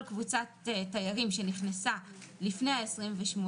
2 עסק בהקלות לקבוצת תיירים מאושרת שנכנסה לארץ מתוקף